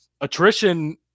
attrition